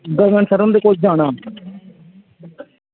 गगन sir हुंदे कोल जाना